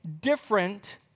different